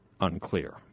unclear